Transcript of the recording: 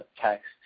text